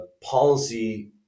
policy